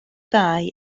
ddau